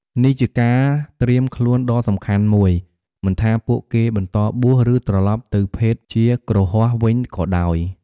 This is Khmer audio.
នេះជាការត្រៀមខ្លួនដ៏សំខាន់មួយ មិនថាពួកគេបន្តបួស ឬត្រឡប់ទៅភេទជាគ្រហស្ថវិញក៏ដោយ។